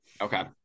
Okay